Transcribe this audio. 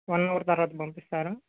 one hour తర్వాత పంపిస్తారా